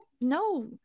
no